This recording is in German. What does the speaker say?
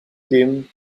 dem